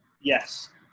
Yes